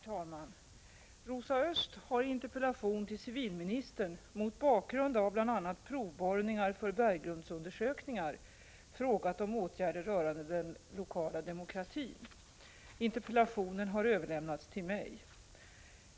Herr talman! Rosa Östh har i interpellation till civilministern, mot bakgrund av bl.a. provborrningar för berggrundsundersökningar, frågat om åtgärder rörande den lokala demokratin. Interpellationen har överlämnats till mig.